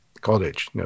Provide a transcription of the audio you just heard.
college